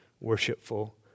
worshipful